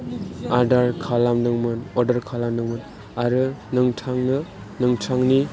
order खालामदोंमोन आरो नोंथांनो नोंथांनि